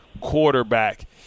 quarterback